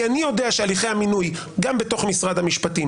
כי אני יודע שהליכי המינוי גם בתוך משרד המשפטים